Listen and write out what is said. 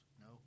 No